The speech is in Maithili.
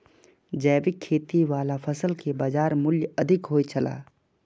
जैविक खेती वाला फसल के बाजार मूल्य अधिक होयत छला